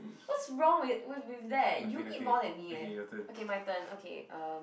what's wrong with with with that you eat more than me eh okay my turn okay um